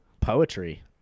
poetry